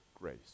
grace